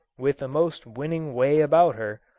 with a most winning way about her,